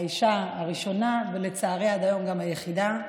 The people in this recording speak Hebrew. האישה הראשונה, ולצערי עד היום גם היחידה,